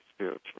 spiritual